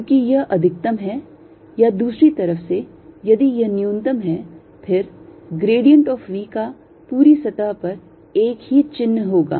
क्योंकि यह अधिकतम है या दूसरी तरफ से यदि यह न्यूनतम है फिर grad of V का पूरी सतह पर एक ही चिन्ह होगा